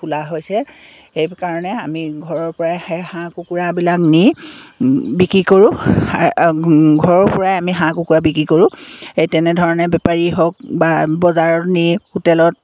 খোলা হৈছে সেইকাৰণে আমি ঘৰৰ পৰাই সেই হাঁহ কুকুৰাবিলাক নি বিক্ৰী কৰোঁ ঘৰৰ পৰাই আমি হাঁহ কুকুৰা বিক্ৰী কৰোঁ সেই তেনেধৰণে বেপাৰী হওক বা বজাৰত নি হোটেলত